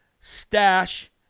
stash